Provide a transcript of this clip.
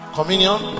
Communion